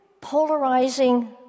polarizing